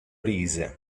rise